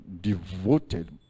devoted